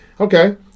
Okay